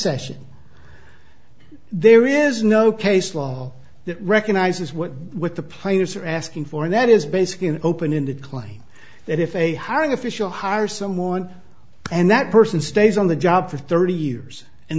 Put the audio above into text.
cession there is no case law that recognizes what with the plaintiffs are asking for and that is basically an open ended claim that if a hiring official hire someone and that person stays on the job for thirty years and